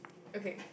okay